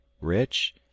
rich